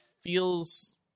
feels